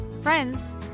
friends